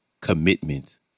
commitment